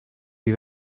you